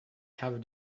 have